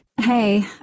Hey